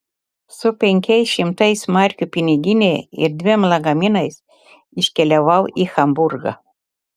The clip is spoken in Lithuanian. su penkiais šimtais markių piniginėje ir dviem lagaminais iškeliavau į hamburgą